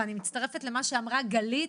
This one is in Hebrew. ואני מצטרפת למה שאמרה גלית,